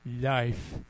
life